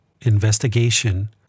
Investigation